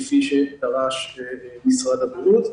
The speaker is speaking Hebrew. כפי שדרש משרד הבריאות.